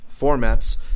formats